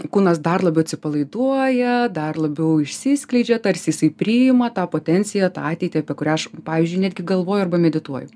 kūnas dar labiau atsipalaiduoja dar labiau išsiskleidžia tarsi jisai priima tą potenciją tą ateitį apie kurią aš pavyzdžiui netgi galvoju arba medituoju